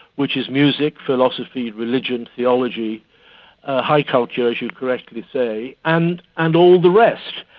which is music, philosophy, religion, theology ah high culture' as you correctly say and and all the rest.